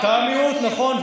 יש מיעוטים, אתה מיעוט, נכון.